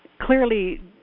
clearly